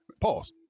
Pause